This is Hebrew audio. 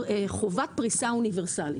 חובת פריסה אוניברסלית,